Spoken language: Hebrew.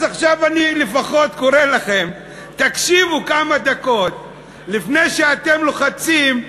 אז עכשיו אני לפחות קורא לכם: תקשיבו כמה דקות לפני שאתם לוחצים,